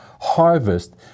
harvest